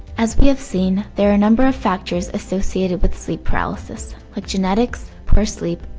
as we have seen, there are a number of factors associated with sleep paralysis like genetics, poor sleep,